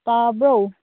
ꯇꯥꯕ꯭ꯔꯣ